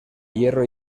hierro